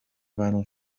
بنا